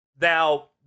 now